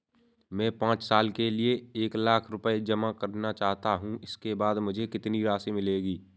मैं पाँच साल के लिए एक लाख रूपए जमा करना चाहता हूँ इसके बाद मुझे कितनी राशि मिलेगी?